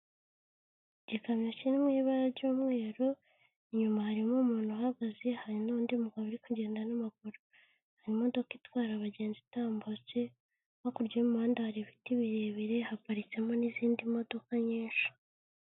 Igikamyo kiri mu ibara ry'umweru inyuma harimo umuntu uhagaze hari n'undi mugabo uri kugenda n'amaguru, hari imodoka itwara abagenzi itambutse, hakurya y'umuhanda hari ibiti birebire, haparitsemo n'izindi modoka nyinshi.